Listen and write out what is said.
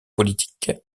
politique